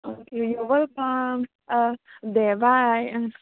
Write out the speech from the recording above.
अके अवेलकाम दे बाय ओं